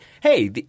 hey